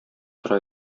тора